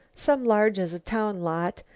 some large as a town lot,